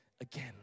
again